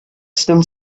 still